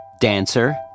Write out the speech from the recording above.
Dancer